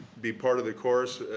be part of the course,